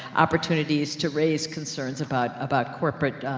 opportunities to raise concerns about, about corporate,